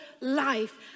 life